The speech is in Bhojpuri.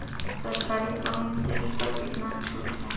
सरकारी पंप सेट प कितना छूट हैं?